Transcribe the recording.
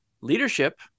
leadership